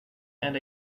and